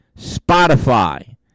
Spotify